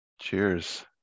Cheers